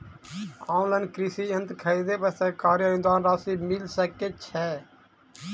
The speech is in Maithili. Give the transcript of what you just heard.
ऑनलाइन कृषि यंत्र खरीदे पर सरकारी अनुदान राशि मिल सकै छैय?